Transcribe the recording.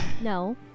No